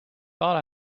thought